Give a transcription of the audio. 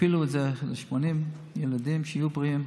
תכפילו את זה ב-80 ילדים, שיהיו בריאים.